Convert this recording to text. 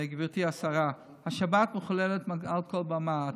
גברתי השרה, השבת מחוללת מעל כל במה.